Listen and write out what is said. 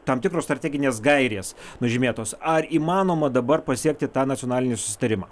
tam tikros strateginės gairės nužymėtos ar įmanoma dabar pasiekti tą nacionalinį susitarimą